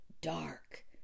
dark